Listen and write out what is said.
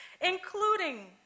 Including